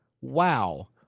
Wow